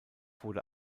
wurde